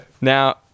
Now